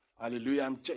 hallelujah